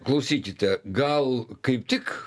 klausykite gal kaip tik